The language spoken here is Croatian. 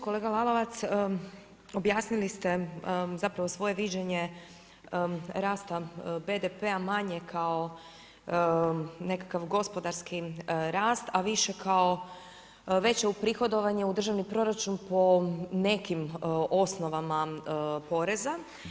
Kolega Lalovac, objasnili ste zapravo svoje viđenje rasta BDP-a manje kao nekakav gospodarski rast, a više kao veće uprihodovanje u državni proračun po nekim osnovama poreza.